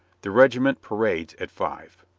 the regiment parades at five.